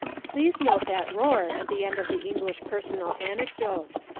please note that roar at the end of the english personal anecdote.